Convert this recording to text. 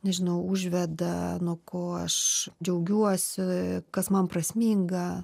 nežinau užveda nuo ko aš džiaugiuosi kas man prasminga